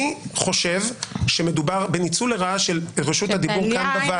אני חושב שמדובר בניצול לרעה של רשות הדיבור כאן בוועדה.